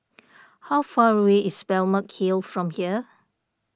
how far away is Balmeg Hill from here